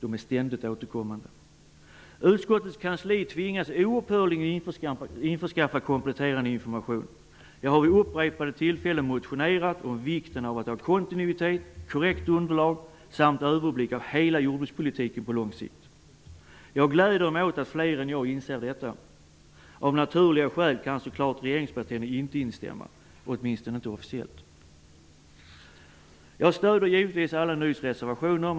Utskottets kansli tvingas oupphörligt att införskaffa kompletterande information. Jag har vid upprepade tillfällen väckt motioner om vikten av kontinuitet, korrekt underlag samt överblick av hela jordbrukspolitiken på lång sikt. Jag gläder mig åt att fler än jag inser detta. Av naturliga skäl kan regeringspartierna inte instämma, åtminstone inte officiellt. Jag stödjer givetvis alla Ny demokratis reservationer.